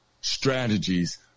strategies